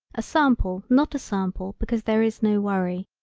a sample not a sample because there is no worry.